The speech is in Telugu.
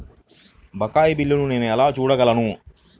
బకాయి బిల్లును నేను ఎలా చూడగలను?